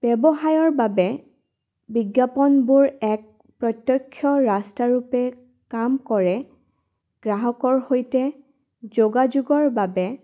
ব্যৱসায়ৰ বাবে বিজ্ঞাপনবোৰ এক প্ৰত্যক্ষ ৰাস্তা ৰূপে কাম কৰে গ্ৰাহকৰ সৈতে যোগাযোগৰ বাবে